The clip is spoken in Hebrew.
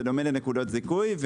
זה דומה לנקודות זיכוי.